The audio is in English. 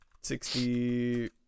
sixty